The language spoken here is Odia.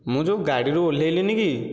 ମୁଁ ଯେଉଁ ଗାଡ଼ିରୁ ଓଲ୍ହେଇଲିନି କି